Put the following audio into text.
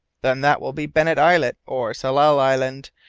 then that will be bennet islet or tsalal island,